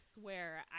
swear